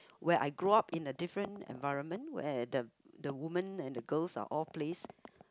where I grow up in a different environment where the the women and the girls are all placed